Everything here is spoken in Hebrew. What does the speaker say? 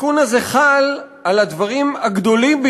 שהתיקון הזה חל על הדברים הגדולים.